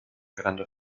gelände